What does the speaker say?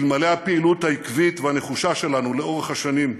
אלמלא הפעילות העקבית והנחושה שלנו לאורך השנים,